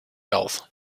health